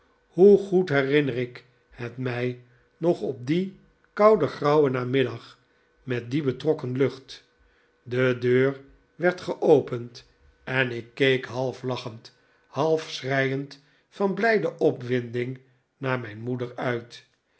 hoe goed herinner ik het mij nog op dien kouden grauwen namiddag met die betrokken lucht de deur werd geopend en ik keek half lachend half schreiend van blijde opwinding naar mijn moeder uit